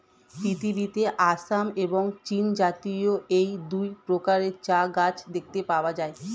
পৃথিবীতে আসাম এবং চীনজাতীয় এই দুই প্রকারের চা গাছ দেখতে পাওয়া যায়